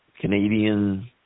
Canadian